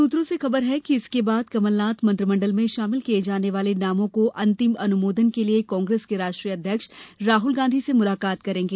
सूत्रों से खबर है कि इसके बाद कमलनाथ मंत्रिमंडल में शामिल किए जाने वाले नामों को अंतिम अनुमोदन के लिए कांग्रेस के राष्ट्रीय अध्यक्ष राहुल गांधी से मुलाकात करेंगे